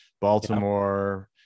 Baltimore